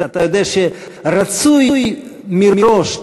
אתה יודע שרצוי מראש,